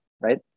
right